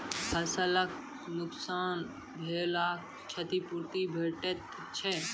फसलक नुकसान भेलाक क्षतिपूर्ति भेटैत छै?